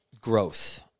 growth